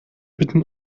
bitten